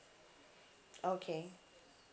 okay